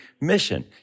mission